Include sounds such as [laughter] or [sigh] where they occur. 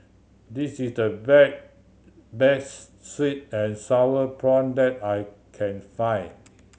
this is the [unintelligible] best sweet and sour prawn that I can find